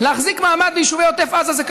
להחזיק מעמד ביישובי עוטף עזה זה קשה.